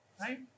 Right